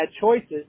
choices